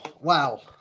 wow